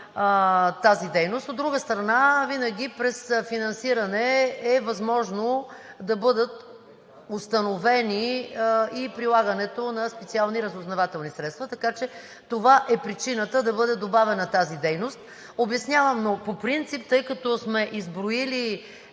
тази дейност. От друга страна, винаги през финансиране е възможно да бъдат установени и прилагането на специални разузнавателни средства. Така че това е причината да бъде добавена тази дейност, обяснявам. Но по принцип, тъй като сме изброили